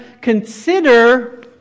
consider